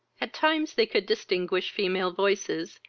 at times they could distinguish female voices,